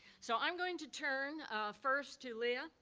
so i'm going to turn first to lea,